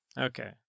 Okay